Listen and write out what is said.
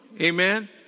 amen